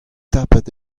tapet